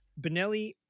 Benelli